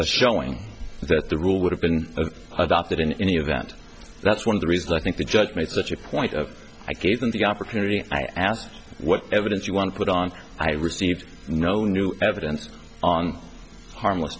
a showing that the rule would have been adopted in any event that's one of the reasons i think the judge made such a point of i gave them the opportunity and asked what evidence you want put on i received no new evidence on harmless